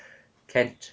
can